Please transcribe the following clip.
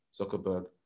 zuckerberg